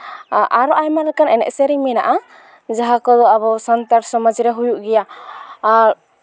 ᱟᱨᱚ ᱟᱭᱢᱟ ᱞᱮᱠᱟᱱ ᱮᱱᱮᱡ ᱥᱮᱨᱮᱧ ᱢᱮᱱᱟᱜᱼᱟ ᱡᱟᱦᱟᱸ ᱠᱚᱫᱚ ᱟᱵᱚ ᱥᱟᱱᱛᱟᱲ ᱥᱚᱢᱟᱡᱽ ᱨᱮ ᱦᱩᱭᱩᱜ ᱜᱮᱭᱟ ᱟᱨ